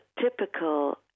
typical